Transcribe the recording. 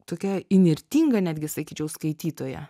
tokia įnirtinga netgi sakyčiau skaitytoja